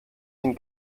den